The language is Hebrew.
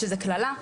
שזה קללה,